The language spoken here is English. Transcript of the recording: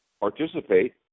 participate